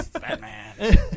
Batman